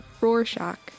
Rorschach